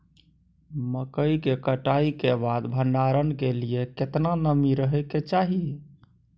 मकई के कटाई के बाद भंडारन के लिए केतना नमी रहै के चाही?